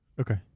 Okay